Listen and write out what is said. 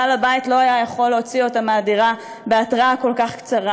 בעל הבית לא יכול היה להוציא אותה מהדירה בהתראה כל כך קצרה.